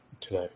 today